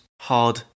hard